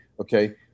okay